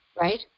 Right